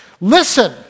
listen